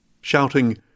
shouting